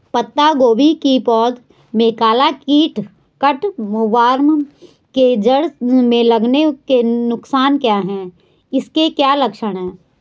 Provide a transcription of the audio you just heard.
पत्ता गोभी की पौध में काला कीट कट वार्म के जड़ में लगने के नुकसान क्या हैं इसके क्या लक्षण हैं?